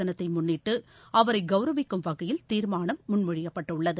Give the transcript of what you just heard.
தினத்தை அவரை கவுரவிக்கும் வகையில் தீர்மானம் முன்மொழியப்பட்டுள்ளது